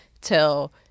till